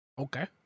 Okay